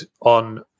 on